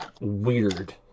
weird